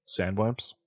sandworms